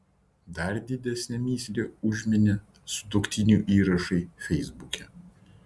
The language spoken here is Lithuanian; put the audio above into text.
dar didesnę mįslę užminė sutuoktinių įrašai feisbuke